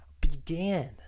began